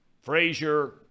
Frazier